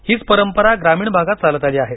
हीच परंपरा ग्रामीण भागात चालत आली आहे